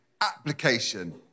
application